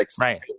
right